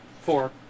Four